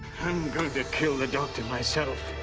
i'm going to kill the doctor myself!